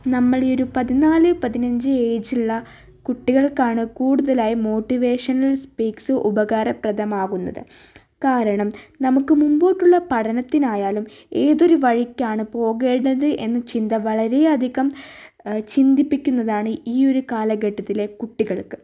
നമ്മൾ ഈ ഒരു പതിനാല് പതിനഞ്ച് ഏജുള്ള കുട്ടികൾക്കാണ് കൂടുതലായി മോട്ടിവേഷണൽ സ്പീക്സ് ഉപകാരപ്രദമാകുന്നത് കാരണം നമുക്ക് മുൻപോട്ടുള്ള പഠനത്തിലായാലും ഏതൊരു വഴിക്കാണ് പോകേണ്ടത് എന്ന ചിന്ത വളരെയധികം ചിന്തിപ്പിക്കുന്നതാണ് ഈ ഒരു കാലഘട്ടത്തിലെ കുട്ടികൾക്ക്